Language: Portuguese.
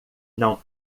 não